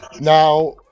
Now